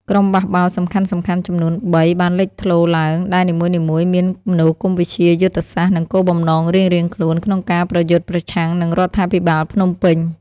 ក្រុមបះបោរសំខាន់ៗចំនួនបីបានលេចធ្លោឡើង ដែលនីមួយៗមានមនោគមវិជ្ជា យុទ្ធសាស្ត្រ និងគោលបំណងរៀងៗខ្លួនក្នុងការប្រយុទ្ធប្រឆាំងនឹងរដ្ឋាភិបាលភ្នំពេញ។